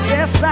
Yes